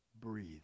breathe